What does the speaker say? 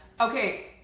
okay